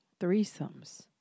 threesomes